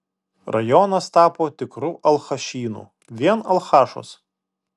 rajonas tapo tikru alchašynu vien alchašos